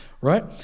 right